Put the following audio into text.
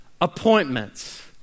appointments